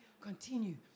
continue